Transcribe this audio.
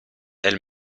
elle